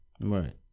Right